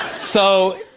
so,